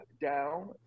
down